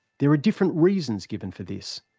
there are different reasons given for this,